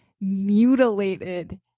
mutilated